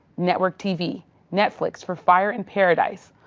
network tv netflix for fire in paradise,